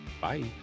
bye